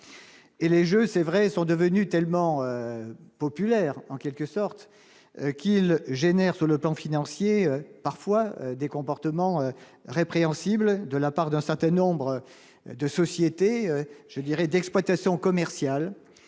et les jeunes, c'est vrai, sont devenus tellement populaire, en quelque sorte, qu'il génère sur le plan financier, parfois des comportements répréhensibles de la part d'un certain nombre de sociétés, je dirais d'exploitation commerciale,